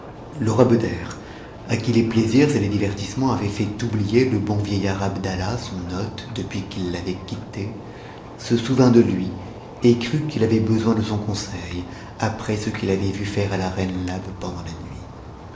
beder à qui les plaisirs et les divertissements avaient fait oublier le bon vieillard abdallah son hôte depuis qu'il l'avait quitté se souvint de lui et crut qu'il avait besoin de son conseil après ce qu'il avait vu faire à la reine labe pendant la nuit